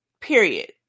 Period